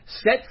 set